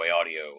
Audio